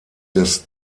des